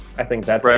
i think that's